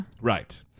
Right